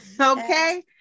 Okay